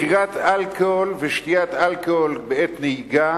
מכירת אלכוהול, שתיית אלכוהול בעת נהיגה